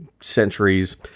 centuries